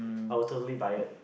I will totally buy it